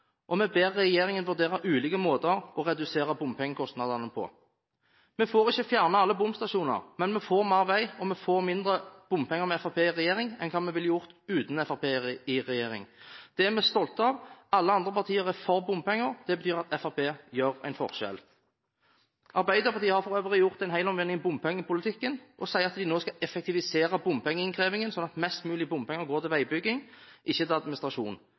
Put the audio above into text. og vi ber regjeringen vurdere ulike måter å redusere bompengekostnadene på. Vi får ikke fjernet alle bomstasjoner, men vi får mer vei og mindre bompenger med Fremskrittspartiet i regjering enn hva vi ville ha gjort uten Fremskrittspartiet i regjering. Det er vi stolte av. Alle andre partier er for bompenger – det betyr at Fremskrittspartiet gjør en forskjell. Arbeiderpartiet har for øvrig gjort en helomvending i bompengepolitikken og sier nå at de vil effektivisere bompengeinnkrevingen, sånn at mest mulig bompenger går til veibygging og ikke til administrasjon.